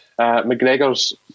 McGregor's